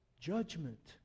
Judgment